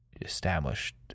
established